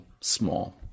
small